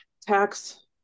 tax